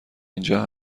اینجا